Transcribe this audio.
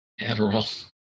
Adderall